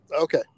Okay